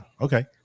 Okay